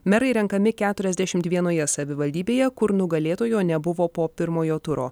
merai renkami keturiasdešimt vienoje savivaldybėje kur nugalėtojo nebuvo po pirmojo turo